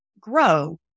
grow